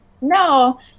No